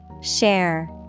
Share